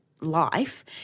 life